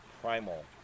primal